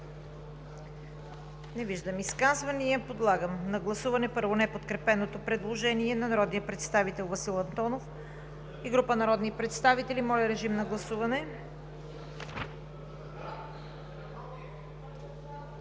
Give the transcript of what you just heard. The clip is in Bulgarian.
Не виждам изказвания. Подлагам на гласуване първо неподкрепеното предложение на народния представител Васил Антонов и група народни представители. Гласували